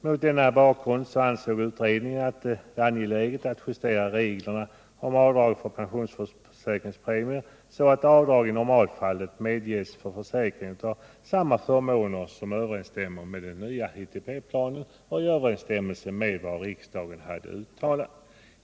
Mot denna bakgrund anser utredningen det angeläget att justera reglerna om avdrag för pensionsförsäkringspremier så att avdrag i normalfallet medges för pensionsförmåner som överensstämmer med den nya ITP-planen och därmed med den målsättning som riksdagen uttalat.